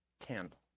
candle